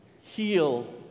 Heal